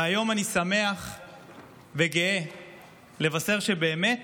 והיום אני שמח וגאה לבשר שבאמת